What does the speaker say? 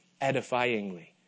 edifyingly